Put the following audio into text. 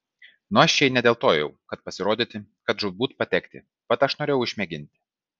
nu aš šiai ne dėl to ėjau kad pasirodyti kad žūtbūt patekti vat aš norėjau išmėginti